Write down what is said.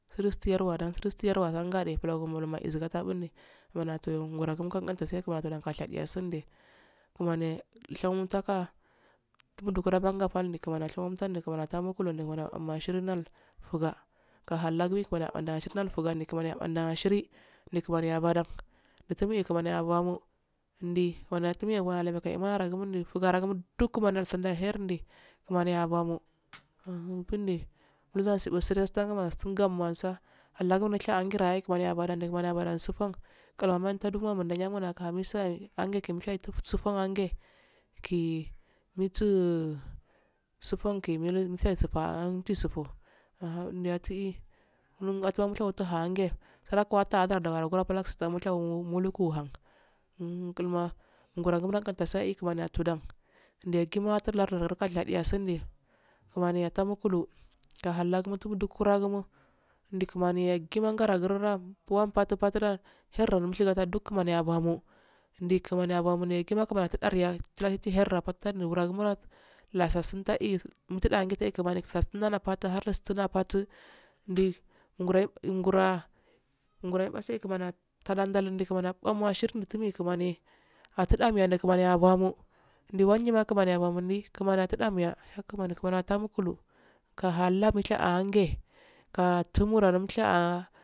Tulsu yenwan da tulon yerwan zangade bulon mal iza ga dadu bulni tharna ni yatoyo mro gun mulka nganta kumani adoddan ka shadiya sundi kumani shanwutartanka wondu gura fondi kumani ya shawotanka di kumani yal balmo ashini nol puka ka halgi kumani ya bal ashin si ndal fugaga halsi kumani yaba aohin ni luman ya badan nituyi kumani ya ba mo ndi kumani ye tun ye wohwra irara gi mun di fugura gua ma ndo sundan khair ni kumani ya bamo kundi muz a zibun stan gi wosta din stamp gasa alagun do yesha 'o ajiraye kumani yabadan ni kumani ya badan sutun qala menta duguwammun yago nda kamiyogi yaye ange tomushta fuwan anye gi mutti sutin gi millumi te sufuan jisufo yati yimlun mushawo tahan ge muta hange surath mushawoi muluguwuhan ngulma ngura gu mulafanta sayi kurmani yato dannai yaggi ma atum lardu hurun shadiya sun di kumani ya tamikulu gahala gi mutugu kera gumo ndi kurmani yassi ma ngaragura wan pafu-patu do da khair ro mukhega duk kumani ya bamo ndi hurmani ya bame yaggima kumani ya taudaniya chiddal khaira panfaguwuragumo lasasun taduyiyansuan mufa dadun dasun kumani yasu pafaduharanstun napatu ndu guraiybi quraye baseye kumani yi tadau nul kumani yabamo ashirindidi kuma ani atu dame yendu kumani yabamo ndu wanyima kurmaniyebamo ndi kumani yata mukulainmani musha hange ka tumara musha aha.